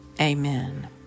Amen